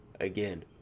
again